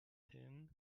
tym